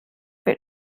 wird